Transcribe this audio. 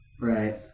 Right